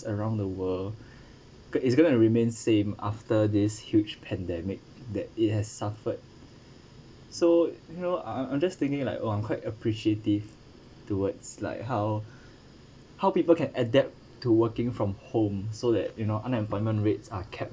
around the world cause it's gonna to remain same after this huge pandemic that it has suffered so you know I'm I'm just thinking like oh I'm quite appreciative towards like how how people can adapt to working from home so that you know unemployment rates are kept